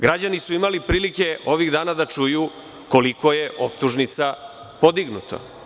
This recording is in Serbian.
Građani su imali prilike ovih dana da čuju koliko je optužnica podignuto.